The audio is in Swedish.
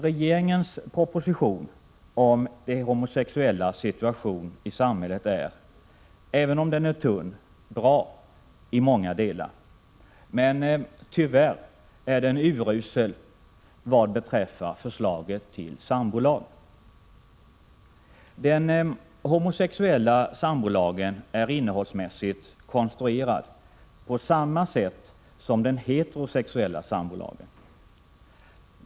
Regeringens proposition om de homosexuellas situation i samhället är — även om den är tunn — bra i många delar, men tyvärr är den urusel vad beträffar förslaget till sambolag. Den homosexuella sambolagen är innehållsmässigt konstruerad på samma sätt som den heterosexuella sambolagen.